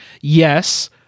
Yes